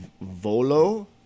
Volo